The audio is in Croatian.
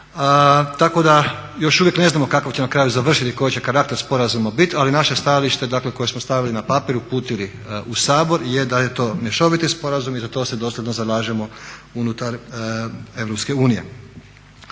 Tako da još uvijek ne znamo kako će na kraju završiti, koji će karakter sporazuma biti ali naše stajalište koje smo stavili na papir, uputili u Sabor je da je to mješoviti sporazum i za to se dosljedno zalažemo unutar